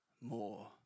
more